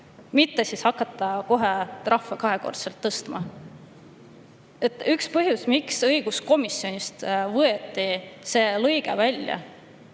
mitte hakata kohe trahve kahekordselt tõstma. Üks põhjus, miks õiguskomisjonis võeti see lõige välja